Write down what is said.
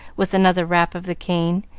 with another rap of the cane,